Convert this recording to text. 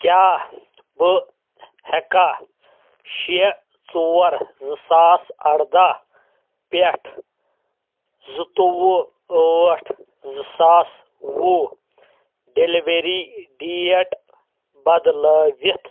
کیٛاہ بہٕ ہٮ۪کا شیٚے ژور زٕ ساس اردہ پٮ۪ٹھ زٕتووُہ ٲٹھ زٕ ساس وُہ ڈیلیوری ڈیٹ بدلٲوِتھ